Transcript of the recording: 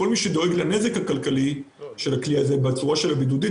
כל מי שדואג לנזק הכלכלי של הכלי הזה בצורה של הבידודים,